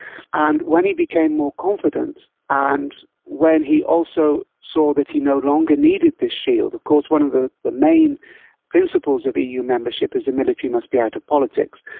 and when he became more confident and when he also saw that he no longer needed this shield, of course one of the the main principles of eu membership is the military must be out of politics,